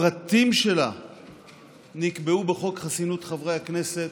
הפרטים שלה נקבעו בחוק חסינות חברי הכנסת,